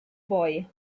boy